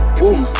boom